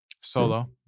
Solo